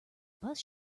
bus